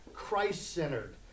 Christ-centered